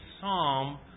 psalm